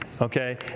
Okay